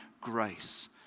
grace